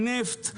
הנפט,